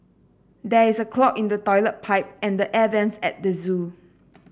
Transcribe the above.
there is a clog in the toilet pipe and the air vents at the zoo